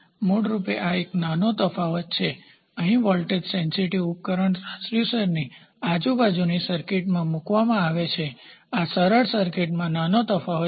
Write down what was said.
મૂળરૂપે આ એક નાનો તફાવત છે અહીં વોલ્ટેજ સેન્સીટીવ સંવેદનશીલ ઉપકરણ ટ્રાન્સડ્યુસરની આજુબાજુ ની સર્કિટમાં મૂકવામાં આવે છે આ સરળ સર્કિટમાં નાનો તફાવત છે